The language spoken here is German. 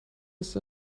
ist